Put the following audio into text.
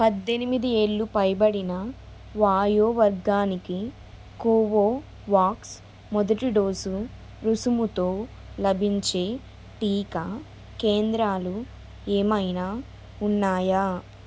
పద్దెనిమిది ఏళ్ళు పైబడిన వయో వర్గానికి కోవోవాక్స్ మొదటి డోసు రుసుముతో లభించే టీకా కేంద్రాలు ఏమైనా ఉన్నాయా